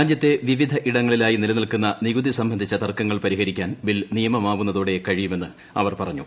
രാജ്യത്തെ വിവിധ ഇടങ്ങളിലായി നിലനിൽക്കുന്ന നികുതി സംബന്ധിച്ച തർക്കങ്ങൾ പരിഹരിക്കാൻ ബില്ല് നിയമമാവുന്നതോടെ കഴിയുമെന്ന് അവർ പറഞ്ഞു